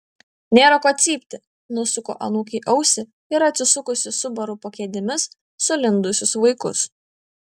nėra ko cypti nusuku anūkei ausį ir atsisukusi subaru po kėdėmis sulindusius vaikus